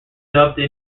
dubbed